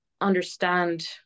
understand